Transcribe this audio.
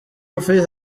ufite